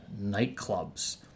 nightclubs